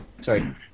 Sorry